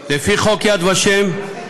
לפי חוק יד ושם,